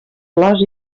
flors